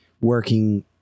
working